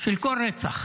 של כל רצח,